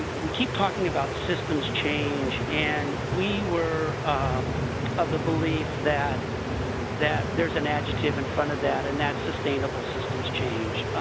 we keep talking about systems change and we were of the believe that that there is an adjective in front of that, and that is sustainable systems change.